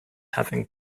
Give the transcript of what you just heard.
having